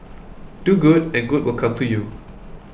do good and good will come to you